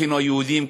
אחינו היהודים,